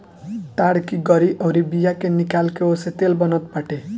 ताड़ की गरी अउरी बिया के निकाल के ओसे तेल बनत बाटे